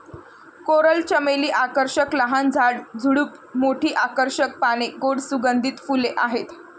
coral चमेली आकर्षक लहान झाड, झुडूप, मोठी आकर्षक पाने, गोड सुगंधित फुले आहेत